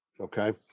okay